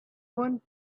one